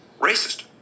racist